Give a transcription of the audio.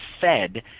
fed